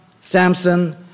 Samson